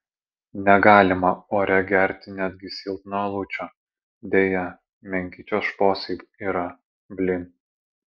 negalima ore gerti netgi silpno alučio deja menki čia šposai yra blyn